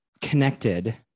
connected